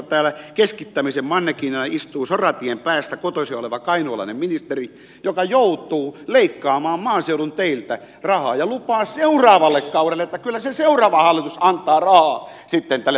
täällä keskittämisen mannekiinina istuu soratien päästä kotoisin oleva kainuulainen ministeri joka joutuu leikkaamaan maaseudun teiltä rahaa ja lupaa rahaa seuraavalle kaudelle että kyllä se seuraava hallitus antaa rahaa sitten tälle perustienpidolle